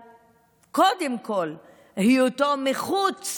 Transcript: קודם כול בגלל היותו מחוץ